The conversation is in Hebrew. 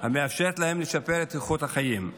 המאפשרת להן לשפר את איכות החיים.